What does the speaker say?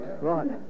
Right